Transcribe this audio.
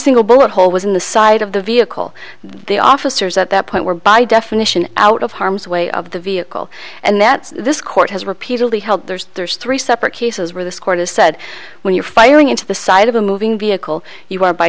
single bullet hole was in the side of the vehicle the officers at that point were by definition out of harm's way of the vehicle and that this court has repeatedly held there's there's three separate cases where this court has said when you're firing into the side of a moving vehicle you are by